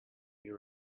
you